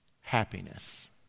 Happiness